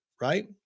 right